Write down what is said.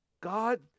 God